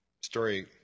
story